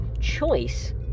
choice